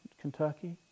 Kentucky